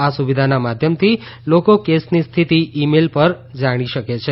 આ સુવિધાના માધ્યમથી લોકો કેસની સ્થિતિ ઇમેઇલ પર જાણી શકે છે